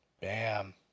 Bam